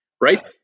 Right